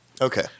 Okay